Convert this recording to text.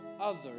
others